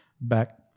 Back